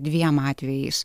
dviem atvejais